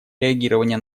реагирования